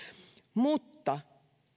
mutta